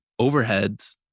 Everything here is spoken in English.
overheads